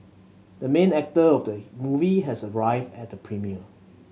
the main actor of the movie has arrived at the premiere